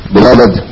Beloved